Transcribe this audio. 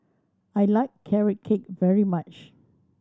I like Carrot Cake very much